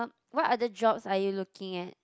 what other jobs are you looking at